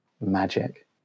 magic